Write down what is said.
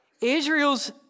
Israel's